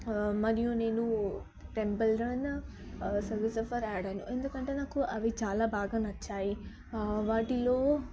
మరియు నేను Temple Run Subway Surfers ఆడాను ఎందుకంటే నాకు అవి చాలా బాగా నచ్చాయి వాటిలలో